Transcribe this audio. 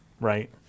right